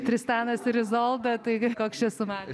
tristanas ir izolda taigi koks čia sumanymas